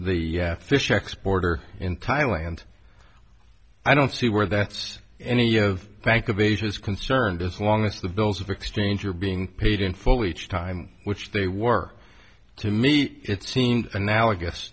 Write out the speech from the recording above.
the fish exporter in thailand i don't see where that's any of the bank of asia is concerned as long as the bills of exchange are being paid in full each time which they were to me it seemed analogous